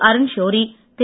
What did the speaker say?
Arun Shourie Thiru